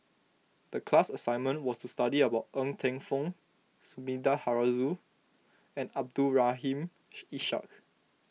the class assignment was to study about Ng Teng Fong Sumida Haruzo and Abdul Rahim Ish Ishak